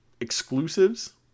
exclusives